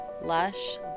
Lush